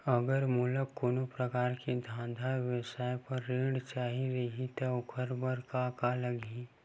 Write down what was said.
अगर मोला कोनो प्रकार के धंधा व्यवसाय पर ऋण चाही रहि त ओखर बर का का लगही?